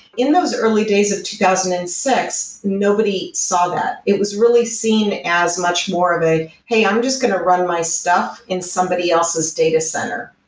in those early days of two thousand and six, nobody saw that. it was really seen as much more of a, hey, i'm just going to run my stuff in somebody else's data center.